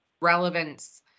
relevance